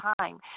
time